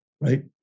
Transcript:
right